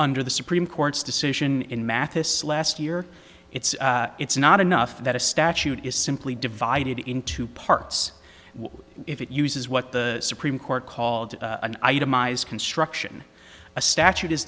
under the supreme court's decision in mathis last year it's it's not enough that a statute is simply divided in two parts if it uses what the supreme court called an itemized construction a statute is